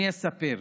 אני אספר.